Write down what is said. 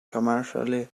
commercially